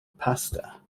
pasta